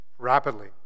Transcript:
Rapidly